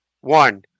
One